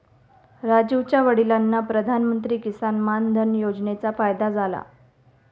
राजीवच्या वडिलांना प्रधानमंत्री किसान मान धन योजनेचा फायदा झाला